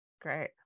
Great